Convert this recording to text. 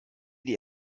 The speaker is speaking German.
die